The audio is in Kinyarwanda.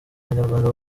abanyarwanda